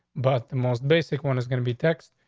but the most basic one is gonna be text.